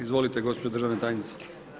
Izvolite gospođo državna tajnice.